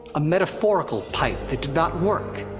a metaphorical pipe that did not work.